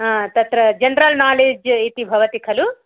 तत्र general knowledge इति भवति खलु